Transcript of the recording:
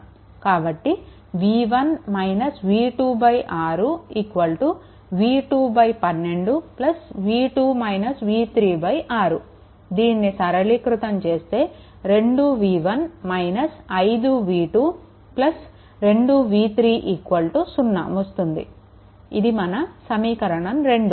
కాబట్టి v1 v2 6 v2 12 v2 v36 దీనిని సరళీకృతం చేస్తే 2 v1 5 v2 2v3 0 వస్తుంది ఇది మన సమీకరణం 2